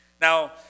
Now